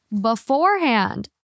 beforehand